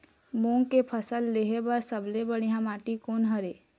मूंग के फसल लेहे बर सबले बढ़िया माटी कोन हर ये?